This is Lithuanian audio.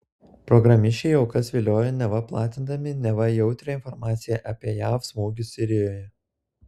programišiai aukas viliojo neva platindami neva jautrią informaciją apie jav smūgius sirijoje